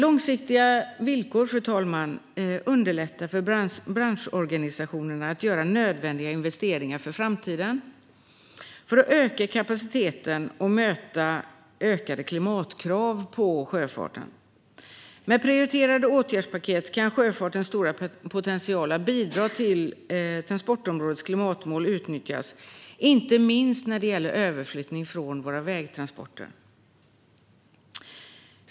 Långsiktiga villkor underlättar för branschorganisationerna att göra nödvändiga investeringar inför framtiden för att öka kapaciteten och möta ökade klimatkrav på sjöfarten. Med prioriterade åtgärdspaket kan sjöfartens stora potential att bidra till transportområdets klimatmål utnyttjas. Det gäller inte minst överflyttning från våra vägtransporter.